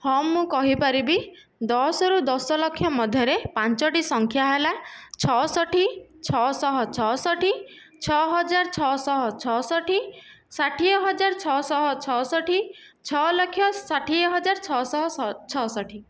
ହଁ ମୁଁ କହିପାରିବି ଦଶ ରୁ ଦଶ ଲକ୍ଷ ମଧ୍ୟରେ ପାଞ୍ଚଟି ସଂଖ୍ୟା ହେଲା ଛଅସଠି ଛଅ ଶହ ଛଅସଠି ଛଅ ହଜାର ଛଅ ଶହ ଛଅସଠି ଷାଠିଏ ହଜାର ଛଅ ଶହ ଛଅସଠି ଛଅ ଲକ୍ଷ ଷାଠିଏ ହଜାର ଛଅ ଶହ ଛଅସଠି